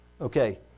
Okay